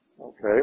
Okay